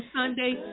Sunday